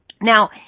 Now